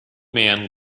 man